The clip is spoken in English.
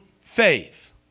faith